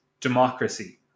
democracy